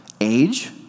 age